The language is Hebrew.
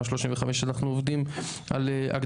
אנחנו עובדים על שינוי לוח 2 ותמ"א 35,